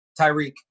Tyreek